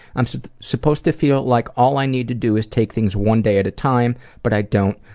i'm supposed to feel like all i need to do is take things one day at a time, but i don't.